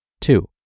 Two